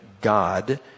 God